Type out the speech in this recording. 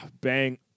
Bang